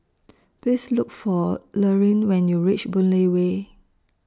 Please Look For Lurline when YOU REACH Boon Lay Way